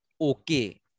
okay